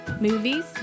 movies